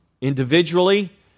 Individually